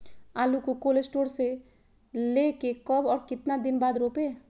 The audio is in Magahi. आलु को कोल शटोर से ले के कब और कितना दिन बाद रोपे?